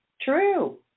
true